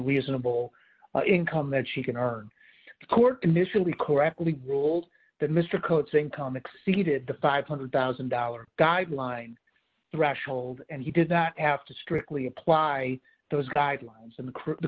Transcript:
reasonable income that she can earn the court initially correctly ruled that mr cote's income exceeded the five hundred thousand dollars guideline threshold and he did not have to strictly apply those guidelines in the